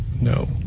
no